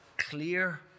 clear